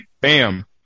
bam